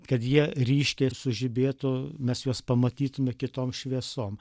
kad jie ryškiai sužibėtų mes juos pamatytume kitom šviesom